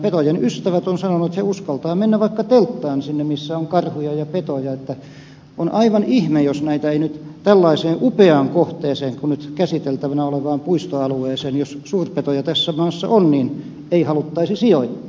petojen ystävät ovat sanoneet että he uskaltavat mennä vaikka telttaan sinne missä on karhuja ja petoja joten on aivan ihme jos näitä jos suurpetoja tässä maassa on ei nyt tällaiseen upeaan kohteeseen kuin nyt käsiteltävänä olevaan puistoalueeseen jos suurpetoja tässä maassa on niin ei haluttaisi sijoittaa